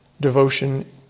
devotion